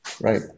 Right